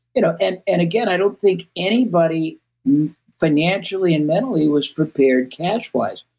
you know and and again, i don't think anybody financially and mentally, was prepared cash-wise.